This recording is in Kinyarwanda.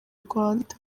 rwanda